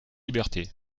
libertés